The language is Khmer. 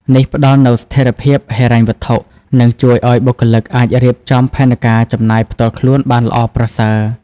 នេះផ្ដល់នូវស្ថិរភាពហិរញ្ញវត្ថុ និងជួយឲ្យបុគ្គលិកអាចរៀបចំផែនការចំណាយផ្ទាល់ខ្លួនបានល្អប្រសើរ។